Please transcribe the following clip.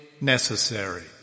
necessary